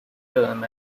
term